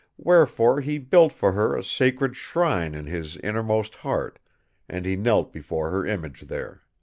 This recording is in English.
wherefore he built for her a sacred shrine in his innermost heart and he knelt before her image there.